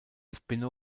spin